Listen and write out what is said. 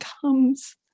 comes